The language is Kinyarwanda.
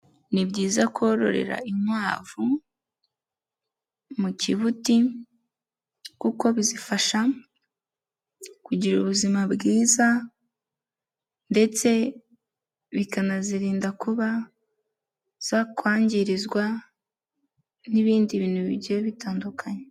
Ni byiza kororera inkwavu mu kibuti kuko bizifasha kugira ubuzima bwiza ndetse bikanazirinda kuba zakwangirizwa n'ibindi bintu bigiye bitandukanye.